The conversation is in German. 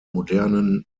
modernen